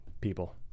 people